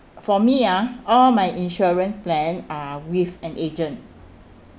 for me ah all my insurance plan are with an agent